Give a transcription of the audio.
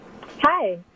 Hi